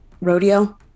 rodeo